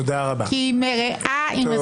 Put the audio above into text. כי היא מרעה עם אזרחי ישראל.